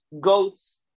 goats